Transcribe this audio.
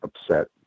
upset